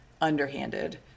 underhanded